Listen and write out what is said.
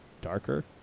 Darker